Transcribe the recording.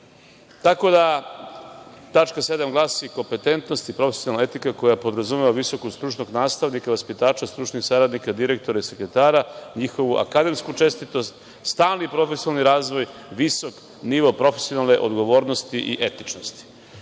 tako da tačka 7) glasi – kompetentnost i profesionalna etika koja podrazumeva visokostručnog nastavnika, vaspitača, stručnih saradnika, direktora i sekretara, njihovu akademsku čestitost, stalni profesionalni razvoj, visok nivo profesionalne odgovornosti i etičnosti. Više